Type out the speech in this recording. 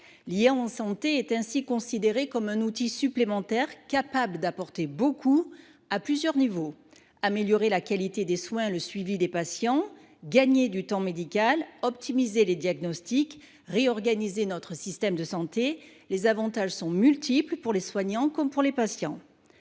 Lié en santé est ainsi considéré comme un outil supplémentaire capable d'apporter beaucoup à plusieurs niveaux. Améliorer la qualité des soins, le suivi des patients, gagner du temps médical, optimiser les diagnostics, réorganiser notre système de santé. Les avantages sont multiples pour les soignants comme pour les patients.